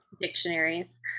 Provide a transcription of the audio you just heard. Dictionaries